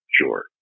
Sure